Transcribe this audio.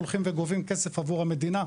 הולכים וגובים כסף בעבור המדינה,